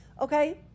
okay